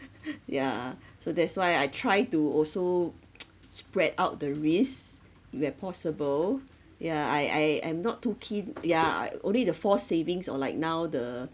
yeah so that's why I try to also spread out the risks where possible yeah I~ I~ I'm not too keen yeah only the forced savings or like now the